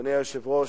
אדוני היושב-ראש,